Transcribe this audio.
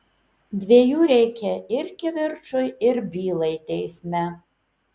dviejų reikia ir kivirčui ir bylai teisme